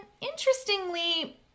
interestingly